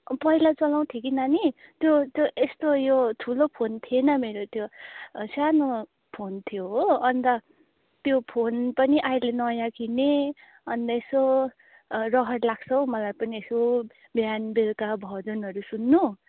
पहिला चलाउथ्येँ कि नानी त्यो त्यो यो यस्तो ठुलो थिएन मेरो त्यो सानो फोन थियो हो अन्त त्यो फोन पनि अहिले नयाँ किनेँ अन्त यसो रहर लाग्छ हौ मलाई पनि यसो बिहान बेल्कुकी भजनहरू सुन्नु